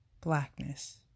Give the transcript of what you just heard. blackness